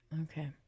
Okay